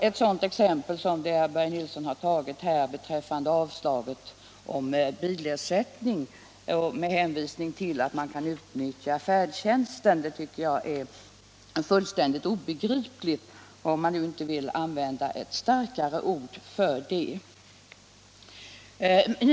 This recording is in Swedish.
Ett av herr Nilssons exempel — avslag på en ansökan om bilersättning med hänvisning till att färdtjänsten kan utnyttjas — finner jag fullständigt obegripligt, för att inte använda ett starkare ord.